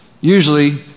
usually